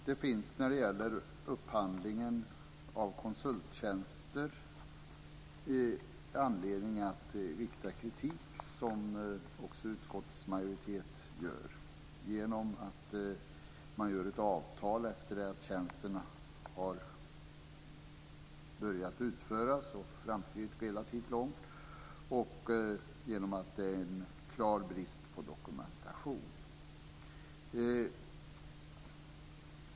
Det finns när det gäller upphandlingen av konsulttjänster anledning att rikta kritik, som också utskottsmajoriteten gör, mot att man träffar ett avtal efter det att tjänsterna har börjat utföras och framskridit relativt långt och genom att det är en klar brist på dokumentation.